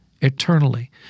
eternally